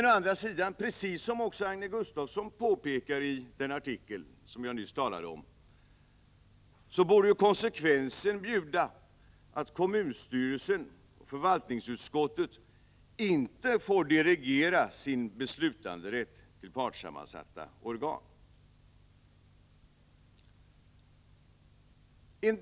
Å andra sidan — som Agne Gustafsson påpekar i den artikel som jag nyss talade om — borde konsekvensen bjuda att kommunstyrelsen och förvaltningsutskottet inte får delegera sin beslutanderätt till partssammansatta organ.